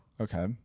Okay